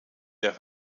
der